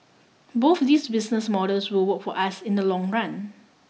both these business models will work for us in the long run